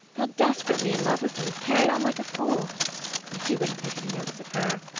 fell desperately in love with him and carried on like a fool but he wouldn't take any notice of her.